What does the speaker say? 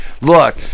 Look